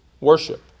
worship